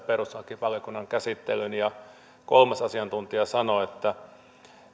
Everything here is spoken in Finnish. perustuslakivaliokunnan käsittelyyn ja kolmas asiantuntija sanoi